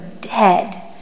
dead